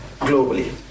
globally